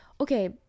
Okay